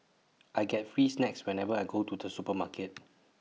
I get free snacks whenever I go to the supermarket